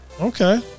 Okay